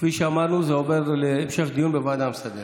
כפי שאמרנו, זה עובר להמשך דיון בוועדה המסדרת.